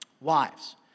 wives